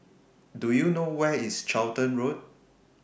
Do YOU know Where IS Charlton Road